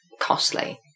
costly